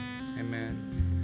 Amen